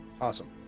Awesome